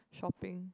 shopping